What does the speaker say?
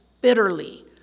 bitterly